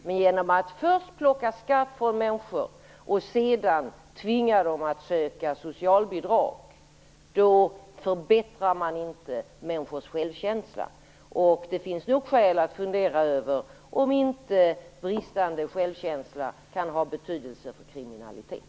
Men genom att först plocka skatt från människor och sedan tvinga dem att söka socialbidrag förbättrar man inte människors självkänsla. Det finns nog skäl att fundera över om inte bristande självkänsla kan ha betydelse för kriminalitet.